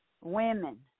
Women